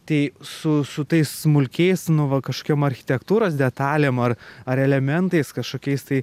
tai su su tais smulkiais nu va kažkokiom architektūros detalėm ar ar elementais kažkokiais tai